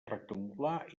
rectangular